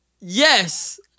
Yes